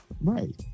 right